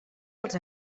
als